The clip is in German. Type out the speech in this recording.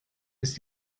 ist